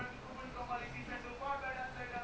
ya but the thing is we went A&W last time already that's why